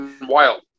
wild